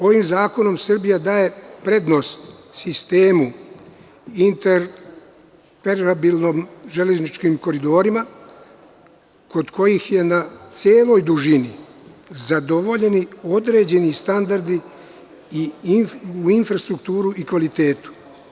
Ovim zakonom Srbija daje prednost sistemu interoperabilnim železničkim koridorima kod kojih su na celoj dužini zadovoljeni određeni standardi i u infrastrukturi i u kvalitetu.